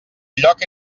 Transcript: lloc